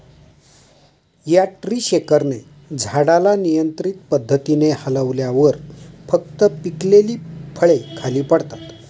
या ट्री शेकरने झाडाला नियंत्रित पद्धतीने हलवल्यावर फक्त पिकलेली फळे खाली पडतात